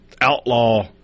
outlaw